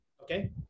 Okay